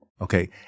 Okay